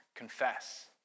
Confess